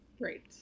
right